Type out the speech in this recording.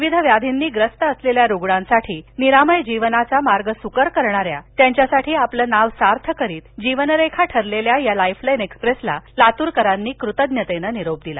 विविध व्याधींनी ग्रस्त असलेल्या रुग्णांसाठी निरामय जीवनाचा मार्ग स्कर करणाऱ्या त्यांच्यासाठी आपलं नाव सार्थ करीत जीवनरेखा ठरलेल्या या लाईफलाईन एक्सप्रेसला लातूरकरांनी कृतज्ञतेनं निरोप दिला